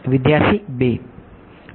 વિદ્યાર્થી 2